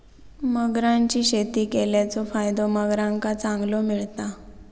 मगरांची शेती केल्याचो फायदो मगरांका चांगलो मिळता